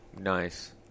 nice